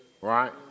Right